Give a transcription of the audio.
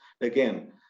Again